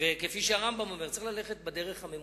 כפי שהרמב"ם אומר, צריך ללכת בדרך הממוצעת.